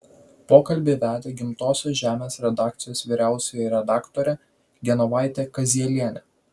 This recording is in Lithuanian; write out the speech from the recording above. pokalbį vedė gimtosios žemės redakcijos vyriausioji redaktorė genovaitė kazielienė